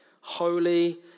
holy